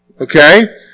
Okay